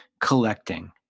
collecting